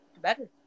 better